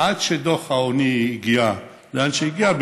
עד שדוח העוני הגיע לאן שהגיע.